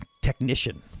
technician